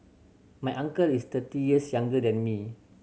my uncle is thirty years younger than me